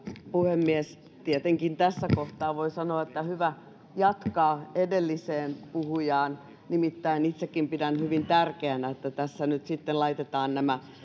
puhemies tietenkin tässä kohtaa voi sanoa että hyvä jatkaa edellistä puhujaa nimittäin itsekin pidän hyvin tärkeänä että tässä nyt sitten laitetaan nämä